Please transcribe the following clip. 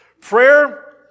Prayer